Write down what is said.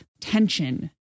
tension